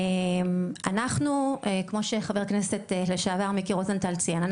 אנחנו כמו שחבר הכנסת לשעבר מיקי רוזנטל ציין,